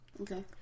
Okay